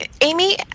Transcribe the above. Amy